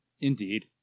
Indeed